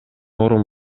орун